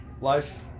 life